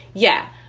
yeah,